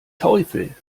teufel